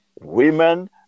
women